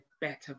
better